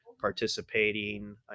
participating